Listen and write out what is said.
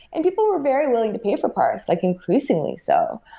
and people were very willing to pay for parse like increasingly so,